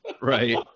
Right